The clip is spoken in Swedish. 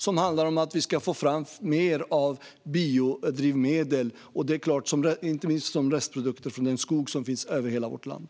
Det handlar om att vi ska få fram mer biodrivmedel, inte minst från restprodukter av den skog som finns över hela vårt land.